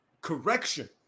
correction